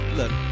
look